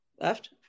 Left